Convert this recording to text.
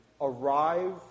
arrive